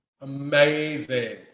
Amazing